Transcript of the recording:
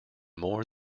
more